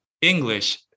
English